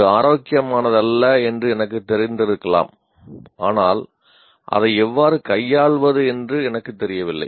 அது ஆரோக்கியமானதல்ல என்று எனக்குத் தெரிந்திருக்கலாம் ஆனால் அதை எவ்வாறு கையாள்வது என்று எனக்குத் தெரியவில்லை